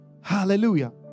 Hallelujah